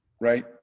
right